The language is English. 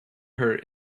her